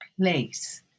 place